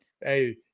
hey